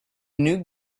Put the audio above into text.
new